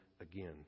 again